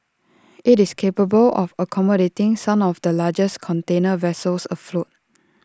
IT is capable of accommodating some of the largest container vessels afloat